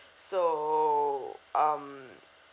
so um